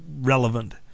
relevant